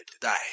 die